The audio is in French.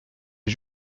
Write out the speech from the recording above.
les